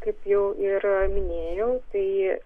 kaip jau ir minėjau tai